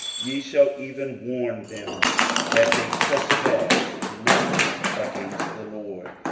ye shall even warn them that they trespass not against the lord,